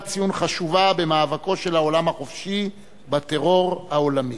ציון חשובה במאבקו של העולם החופשי בטרור העולמי.